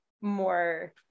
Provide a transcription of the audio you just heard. more